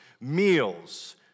meals